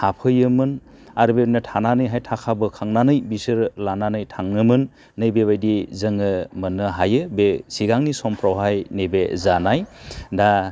थाफैयोमोन आरो बेयावनो थानानैहाय थाखाबो खांनानै बिसोरो लानानै थाङोमोन नैबेबायदि जोङो मोननो हायो बे सिगांनि समफ्रावहाय नैबे जानाय दा